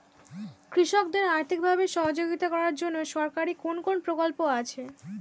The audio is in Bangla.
কৃষকদের আর্থিকভাবে সহযোগিতা করার জন্য সরকারি কোন কোন প্রকল্প আছে?